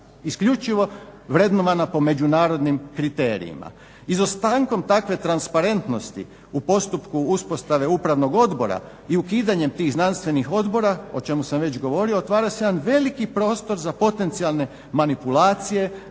Isključivo vrednovana po međunarodnim kriterijima. Izostankom takve transparentnosti u postupku uspostave upravnog odbora i ukidanjem tih znanstvenih odbora, o čemu sam već govorio, otvara se jedan veliki prostor za potencijalne manipulacije,